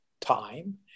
time